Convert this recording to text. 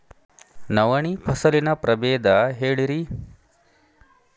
ನವಣಿ ಫಸಲಿನ ಪ್ರಭೇದ ಹೇಳಿರಿ